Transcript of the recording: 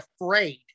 afraid